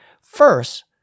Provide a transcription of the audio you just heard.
First